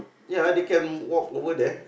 ya they can walk over there